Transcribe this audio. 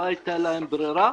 לא הייתה להן ברירה,